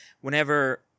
whenever